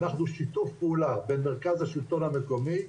אנחנו שיתוף פעולה בין מרכז השלטון המקומי,